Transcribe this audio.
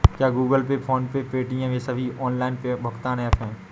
क्या Google Pay PhonePe Paytm ये सभी ऑनलाइन भुगतान ऐप हैं?